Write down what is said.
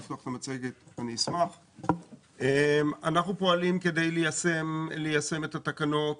(מוצגת מצגת) אנחנו פועלים כדי ליישם את התקנות,